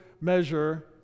measure